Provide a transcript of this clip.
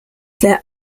there